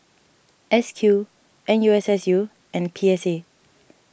S Q N U S S U and P S A